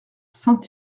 saint